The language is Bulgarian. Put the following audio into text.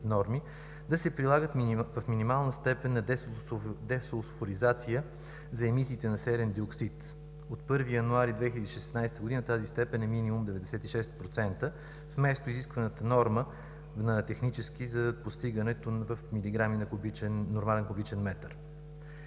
норми, да се прилагат в минимална степен на десулфуризация за емисиите на серен диоксид. От 1 януари 2016 г. тази степен е минимум 96% вместо технически изискваната норма за постигането в милиграми на нормален кубичен метър.